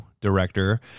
director